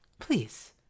Please